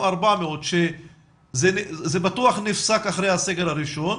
400,000 שזה בטוח נפסק אחרי הסגר הראשון,